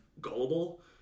gullible